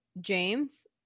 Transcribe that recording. James